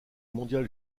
mondial